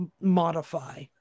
modify